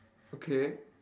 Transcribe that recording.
okay